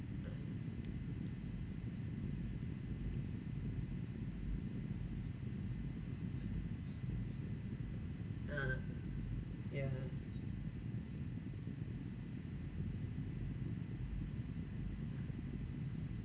ah yeah